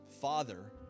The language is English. Father